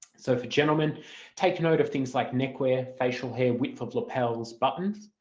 so for gentlemen take note of things like neck wear, facial hair, width of lapels, buttons.